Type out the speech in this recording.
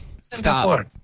stop